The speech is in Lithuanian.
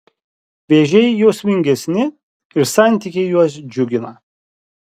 vėžiai jausmingesni ir santykiai juos džiugina